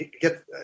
get